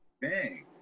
bang